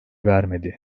vermedi